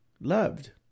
Loved